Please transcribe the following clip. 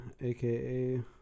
aka